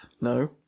no